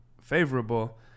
favorable